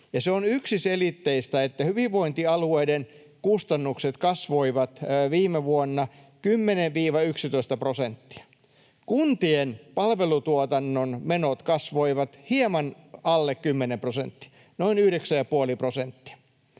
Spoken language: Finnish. Se on yksiselitteistä, että hyvinvointialueiden kustannukset kasvoivat viime vuonna 10—11 prosenttia. Kuntien palvelutuotannon menot kasvoivat hieman alle 10 prosenttia, noin 9,5 prosenttia.